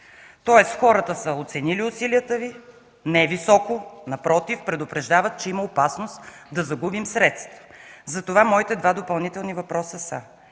Тоест хората са оценили усилията Ви не високо, напротив – предупреждават, че има опасност да загубим средства. Моите два допълнителни въпроса са: